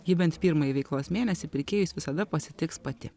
ji bent pirmąjį veiklos mėnesį pirkėjus visada pasitiks pati